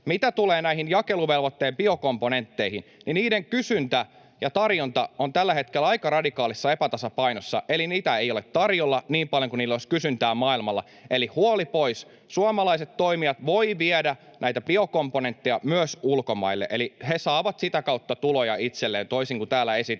Mitä tulee näihin jakeluvelvoitteen biokomponentteihin, niin niiden kysyntä ja tarjonta ovat tällä hetkellä aika radikaalissa epätasapainossa, eli niitä ei ole tarjolla niin paljon kuin niillä olisi kysyntää maailmalla. Eli huoli pois: suomalaiset toimijat voivat viedä näitä biokomponentteja myös ulkomaille, eli he saavat sitä kautta tuloja itselleen, toisin kuin täällä esitetään.